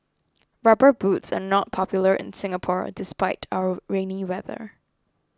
rubber boots are not popular in Singapore despite our rainy weather